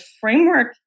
framework